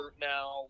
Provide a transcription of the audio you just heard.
now